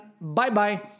bye-bye